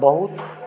बहुत